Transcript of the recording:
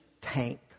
tank